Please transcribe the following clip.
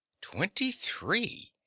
Twenty-three